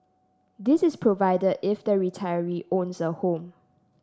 this is provided if the retiree owns a home